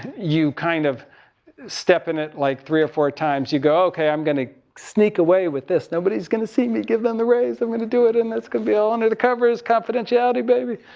you kind of step in it like three or four times. you go okay, i'm going to sneak away with this. nobody's going to see me give them the raise. i'm going to do it and it's going to be all under the covers, confidentiality baby.